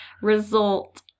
result